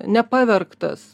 ne pavergtas